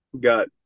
got